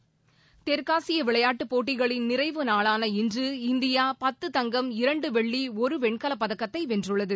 விளையாட்டுச் செய்திகள் தெற்காசிய விளையாட்டுப் போட்டிகளின் நிறைவு நாளான இன்று இந்தியா பத்து தங்கம் இரண்டு வெள்ளி ஒரு வெண்கலப் பதக்கத்தை வென்றுள்ளது